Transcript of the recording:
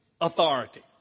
authority